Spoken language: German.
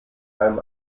einem